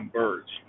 birds